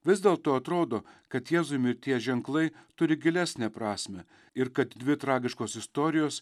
vis dėlto atrodo kad jėzui mirties ženklai turi gilesnę prasmę ir kad dvi tragiškos istorijos